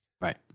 Right